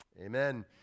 Amen